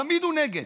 תמיד הוא נגד.